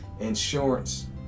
insurance